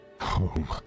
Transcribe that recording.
home